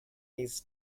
miss